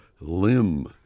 limb